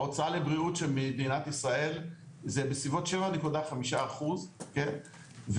ההוצאה לבריאות של מדינת ישראל זה בסביבות 7.5% ומעלה